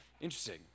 interesting